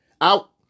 Out